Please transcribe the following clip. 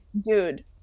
dude